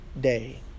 day